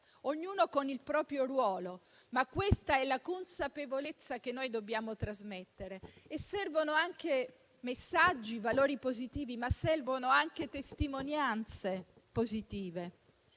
ognuno con il proprio ruolo. Questa è la consapevolezza che noi dobbiamo trasmettere. Servono messaggi e valori positivi, ma servono anche testimonianze positive.